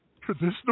Traditional